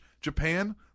Japan